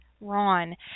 Ron